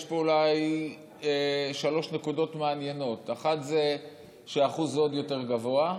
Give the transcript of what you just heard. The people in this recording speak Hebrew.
יש פה אולי שלוש נקודות מעניינות: האחת היא שהאחוז עוד יותר גבוה,